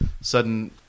sudden